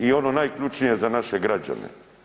I ono najključnije za naše građane.